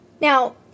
Now